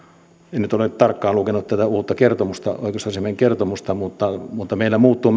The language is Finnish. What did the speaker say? en nyt ole tarkkaan lukenut tätä uutta kertomusta oikeusasiamiehen kertomusta meillä muuttuu